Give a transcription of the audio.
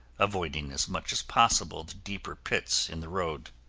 avoiding as much as possible the deeper pits in the road.